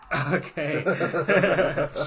Okay